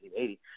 1980